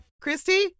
Christy